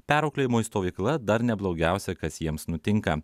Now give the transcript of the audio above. perauklėjimo stovykla dar ne blogiausia kas jiems nutinka